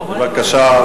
בבקשה.